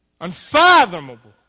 Unfathomable